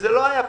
זה לא היה פשוט.